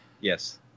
Yes